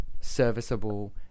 serviceable